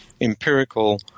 empirical